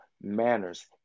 manners